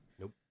Nope